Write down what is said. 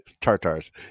Tartars